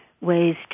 ways